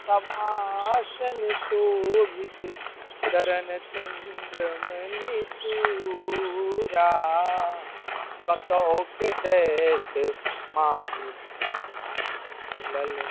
शवासन शोभित चरण चन्द्रमणि चूड़ा कतओक दैत्य मारि मुख मेलल